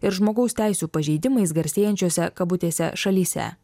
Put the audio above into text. ir žmogaus teisių pažeidimais garsėjančiose kabutėse šalyse